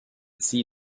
see